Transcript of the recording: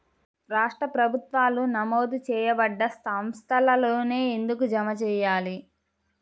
రాష్ట్ర ప్రభుత్వాలు నమోదు చేయబడ్డ సంస్థలలోనే ఎందుకు జమ చెయ్యాలి?